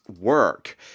work